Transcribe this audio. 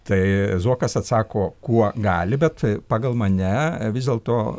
tai zuokas atsako kuo gali bet pagal mane vis dėlto